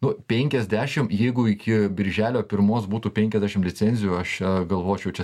nu penkiasdešim jeigu iki birželio pirmos būtų penkiasdešim licenzijų aš galvočiau čia